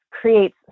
creates